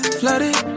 flooded